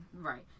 Right